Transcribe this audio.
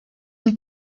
une